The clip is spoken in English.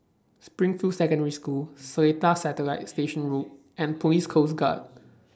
Springfield Secondary School Seletar Satellite Station Road and Police Coast Guard